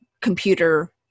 computer